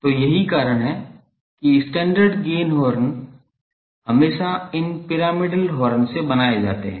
तो यही कारण है कि स्टैण्डर्ड गेन हॉर्न हमेशा इन पिरामिडल हॉर्न से बनाए जाते हैं